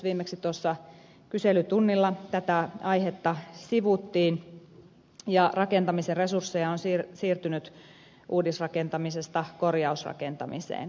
viimeksi kyselytunnilla tätä aihetta sivuttiin ja rakentamisen resursseja on siirtynyt uudisrakentamisesta korjausrakentamiseen